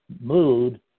mood